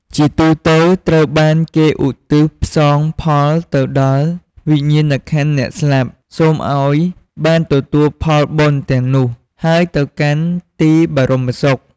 ជាទូទៅ ត្រូវបានគេឧទ្ទិសផ្សងផលទៅដល់វិញ្ញាណក្ខន្ធអ្នកស្លាប់ សូមឲ្យបានទទួលផលបុណ្យទាំងនោះ ហើយទៅកាន់ទីបរមសុខ។